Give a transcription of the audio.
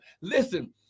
Listen